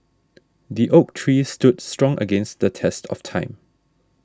the oak tree stood strong against the test of time